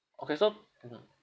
okay so mmhmm